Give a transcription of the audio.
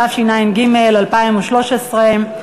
התשע"ג 2013,